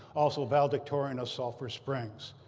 also valedictorian of sulfur springs.